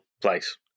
place